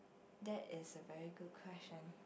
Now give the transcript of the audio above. that is a very good question